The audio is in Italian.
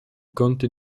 conte